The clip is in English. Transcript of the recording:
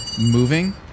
moving